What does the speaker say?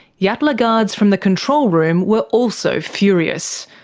yatala guards from the control room were also furious.